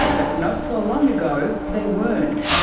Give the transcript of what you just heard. but not so long ago they weren't.